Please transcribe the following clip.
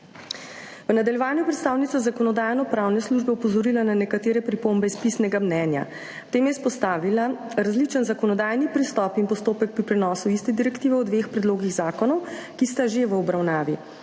V nadaljevanju je predstavnica Zakonodajno-pravne službe opozorila na nekatere pripombe iz pisnega mnenja. Ob tem je izpostavila različen zakonodajni pristop in postopek pri prenosu iste direktive v dveh predlogih zakonov, ki sta že v obravnavi.